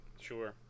Sure